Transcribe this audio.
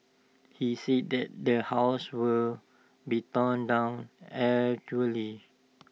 he said that the house will be torn down actually